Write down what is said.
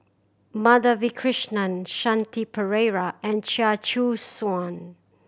Madhavi Krishnan Shanti Pereira and Chia Choo Suan